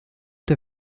der